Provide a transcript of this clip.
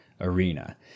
arena